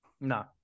no